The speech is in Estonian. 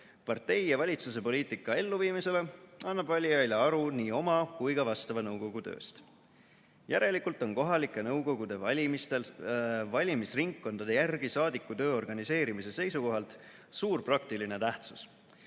partei ja valitsuse poliitika elluviimisele, annab valijaile aru nii oma kui ka vastava nõukogu tööst. Järelikult on kohalike nõukogude valimistel valimisringkondade järgi saadikutöö organiseerimise seisukohalt suur praktiline tähtsus.